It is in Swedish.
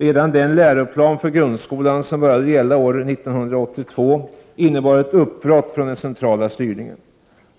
Redan den läroplan för grundskolan som började gälla år 1982 innebar ett uppbrott från den centrala styrningen.